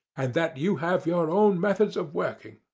and that you have your own methods of working.